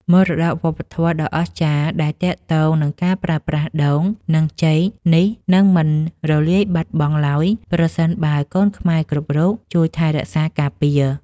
មរតកវប្បធម៌ដ៏អស្ចារ្យដែលទាក់ទងនឹងការប្រើប្រាស់ដូង និងចេកនេះនឹងមិនរលាយបាត់បង់ឡើយប្រសិនបើកូនខ្មែរគ្រប់រូបជួយគ្នាថែរក្សាការពារ។